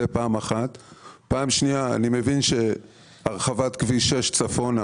2. אני מבין שהרחבת כביש 6 צפונה,